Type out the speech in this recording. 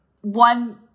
one